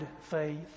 faith